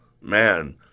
Man